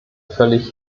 völlig